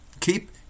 Keep